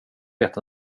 vet